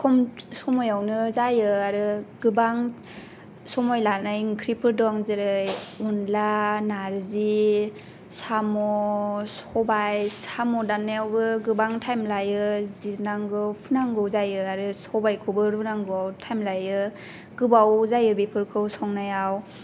खम समायावनो जायो आरो गोबां समय लानाय ओंख्रिफोर दं जेरै अनला नार्जि साम' सबाय साम' दाननायावबो गोबां थाइम लायो जिरनांगौ फुनांगौ जायो आरो सबायखौबो रुनांगौ थाइम लायो गोबाव जायो बेफोरखौ संनायाव